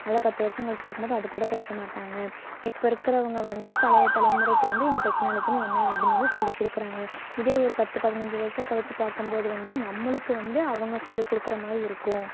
அதில் பத்து வர்ஷம் கழித்து பார்க்கும்போது அதுக்கூட பேசமாட்டாங்க இப்போ இருக்குறவங்க வந்து பழைய தலைமுறைக்கு வந்து இந்த டெக்னாலஜினால் என்ன அப்படின் வந்து சொல்லிக்கொடுக்குறாங்க இதே ஒரு பத்து பதினஞ்சு வர்ஷம் கழித்து பார்க்கம்போது வந்து நம்மளுக்கு வந்து அவங்க சொல்லிக்கொடுக்குற மாதிரி இருக்கும்